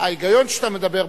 ההיגיון שאתה מדבר בו,